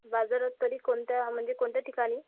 बाजारात कधी कोणत्या म्हणजे कोणत्या ठिकाणी